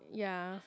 ya